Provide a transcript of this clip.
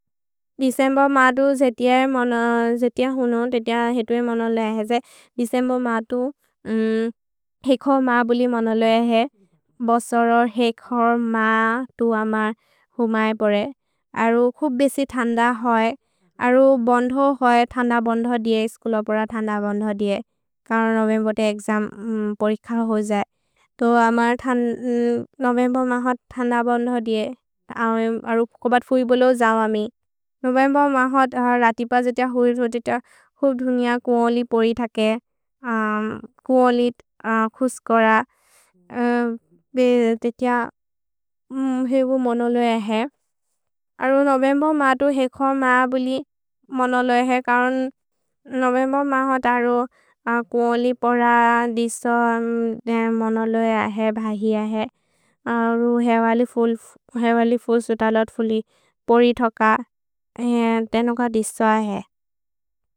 दिसेम्ब मा तु जेतिअ हुनु, तेतिअ हेतुहे मन लेहे जे दिसेम्ब मा तु हेखो मा बुलि मन लेहे हे। भसर हेखो मा तु अमर् हुमए परे अरु खुब् बेसि थन्द होय्। अरु बन्धो होय्, थन्द बन्धो दिए, स्कुल पर थन्द बन्धो दिए करन् नोवेम्बे ते एक्सम् परिखह् हो जये। तो अमर् नोवेम्बे मह थन्द बन्धो दिए अरु कोबत् फुय् बोलो जओ अमि नोवेम्बे मह रति पजे ते होय् खुब् धुनिअ कुओलि पोरि थके। कुओलि खुस्कर भेतेतिअ हेगु मन लेहे हे अरु नोवेम्बे मा तु हेखो मा बुलि मन लेहे हे करन् नोवेम्बे मा हत। अरु कुओलि पर दिसो मन लेहे बहि अहे अरु हेवलि फुल् सुत लोत् फुलि पोरि थक तेनुक दिसो अहे।